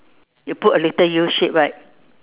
you put a little U shape right